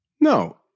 No